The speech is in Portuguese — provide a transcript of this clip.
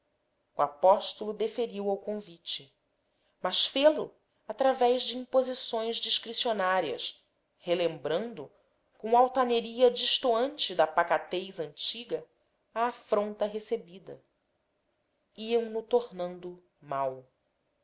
o apóstolo deferiu ao convite mas fê-lo através de imposições discricionárias relembrando com altaneria destoante da pacatez antiga a afronta recebida iam no tornando mau